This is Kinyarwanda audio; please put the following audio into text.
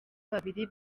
babiri